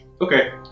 Okay